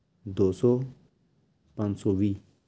ਦੋ ਸੌ ਪੰਜ ਸੌ ਵੀਹ